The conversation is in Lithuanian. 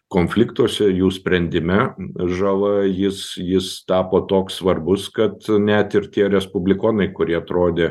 konfliktuose jų sprendime žala jis jis tapo toks svarbus kad net ir tie respublikonai kurie atrodė